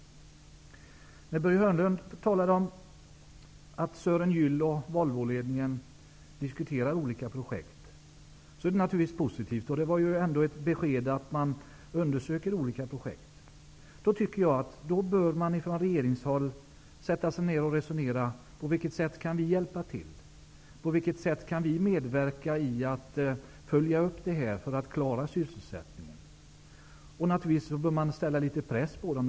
När Börje Hörnlund talade om att Sören Gyll och Volvoledningen diskuterar olika projekt är det naturligtvis positivt. Det var ändå ett besked om att man undersöker olika projekt. Jag tycker att regeringen i det läget bör sätta sig ned och resonera om på vilket sätt man kan hjälpa till. På vilket sätt kan vi följa upp detta och medverka till att klara sysselsättningen? Naturligtvis bör man sätta litet press på dem.